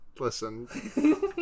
Listen